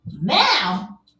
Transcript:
now